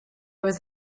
was